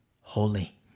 holy